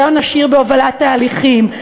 ניסיון עשיר בהובלת תהליכים,